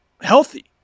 healthy